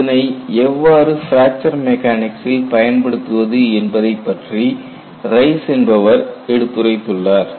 இதனை எவ்வாறு பிராக்சர் மெக்கானிக்சில் பயன்படுத்துவது என்பதைப் பற்றி ரைஸ் என்பவர் எடுத்துரைத்துள்ளார்